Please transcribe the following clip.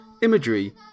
Imagery